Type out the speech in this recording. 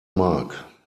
mark